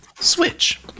switch